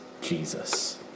Jesus